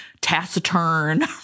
taciturn